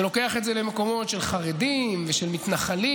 שלוקח את זה למקומות של חרדים ושל מתנחלים.